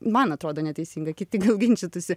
man atrodo neteisinga kiti ginčytųsi